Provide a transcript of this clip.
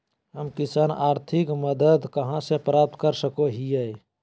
हम किसान आर्थिक मदत कहा से प्राप्त कर सको हियय?